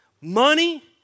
money